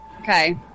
okay